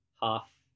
half